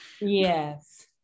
Yes